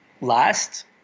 last